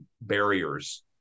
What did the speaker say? barriers